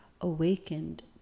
awakened